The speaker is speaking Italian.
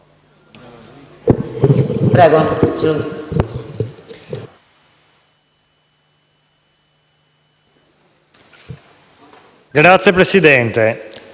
Grazie, Presidente,